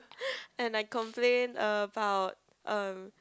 and I complain about um